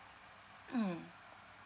mm